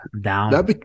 down